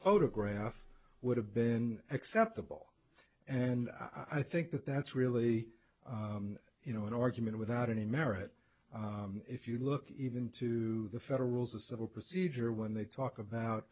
photograph would have been acceptable and i think that that's really you know an argument without any merit if you look even to the federal rules of civil procedure when they talk about